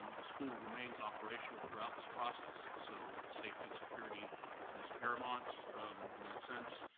the school remains operational throughout this process, so safety and security is paramount in that sense,